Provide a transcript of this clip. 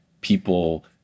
people